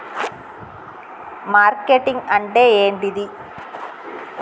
Marketing అంటే ఏంటిది?